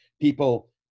People